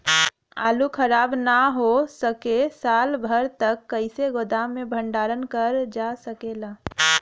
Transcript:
आलू खराब न हो सके साल भर तक कइसे गोदाम मे भण्डारण कर जा सकेला?